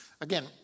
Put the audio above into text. again